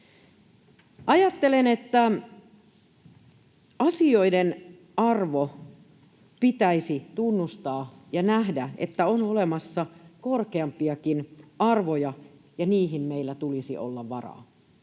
Ajattelen, että pitäisi tunnustaa asioiden arvo ja nähdä, että on olemassa korkeampiakin arvoja, ja niihin meillä tulisi olla varaa.